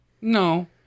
no